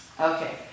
Okay